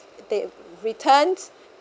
they returned